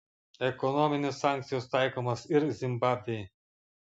ekonominės sankcijos taikomos ir zimbabvei